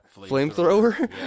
flamethrower